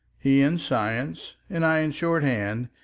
he in science and i in shorthand,